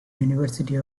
university